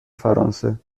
فرانسه